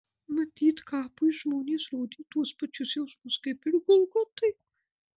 matyt kapui žmonės rodė tuos pačius jausmus kaip ir golgotai